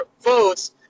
votes